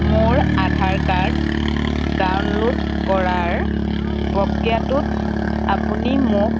মোৰ Aadhaar card download কৰাৰ প্ৰক্ৰিয়াটোত আপুনি মোক